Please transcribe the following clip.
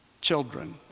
children